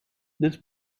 this